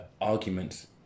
arguments